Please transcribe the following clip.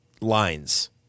lines